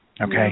Okay